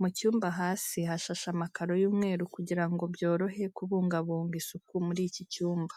Mu cyumba hasi hashashe amakaro y'umweru kugira ngo byorohe kubungabunga isuku muri iki cyumba.